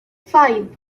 five